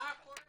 אוהבים את כולם.